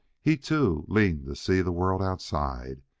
he, too, leaned to see the world outside,